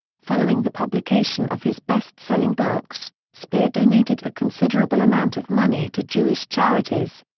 following the publication of his bestselling books, speer donated a considerable amount of money to jewish charities.